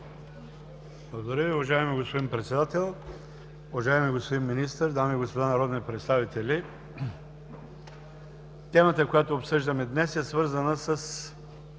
Благодаря Ви. Уважаеми господин Председател, уважаеми господин Министър, дами и господа народни представители! Темата, която обсъждаме днес, е свързана със